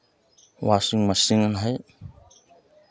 washing machine है